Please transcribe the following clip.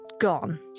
gone